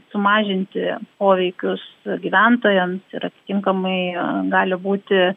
sumažinti poveikius gyventojams ir atitinkamai gali būti